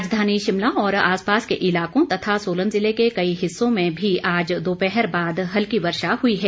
राजधानी शिमला और आसपास के इलाकों तथा सोलन जिले के कई हिस्सों में भी आज दोपहर बाद हल्की वर्षा हुई है